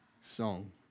song